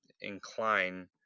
incline